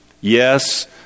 Yes